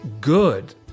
good